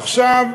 עכשיו,